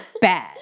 bad